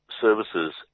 services